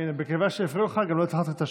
הינה, מכיוון שהפריעו לך, גם לא התחלתי את השעון.